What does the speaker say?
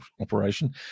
operation